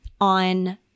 on